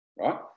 right